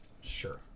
Sure